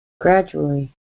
Gradually